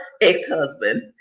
ex-husband